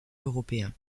européen